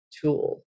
tool